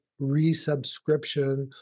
resubscription